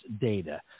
data